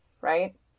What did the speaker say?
right